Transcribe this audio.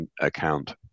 account